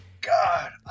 god